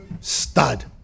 stud